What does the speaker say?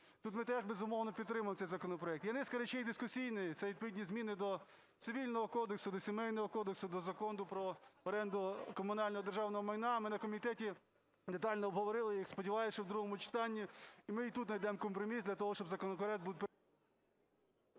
Тут ми теж, безумовно, підтримуємо цей законопроект. Є низка речей дискусійних. Це відповідні зміни до Цивільного кодексу, до Сімейного кодексу, до Закону про оренду комунального і державного майна. Ми на комітеті детально обговорили, і сподіваюсь, що в другому читанні ми і тут найдемо компроміс для того, щоб законопроект…